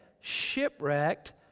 shipwrecked